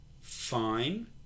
fine